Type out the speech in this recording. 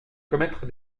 commettre